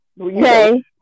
Okay